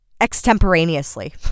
Extemporaneously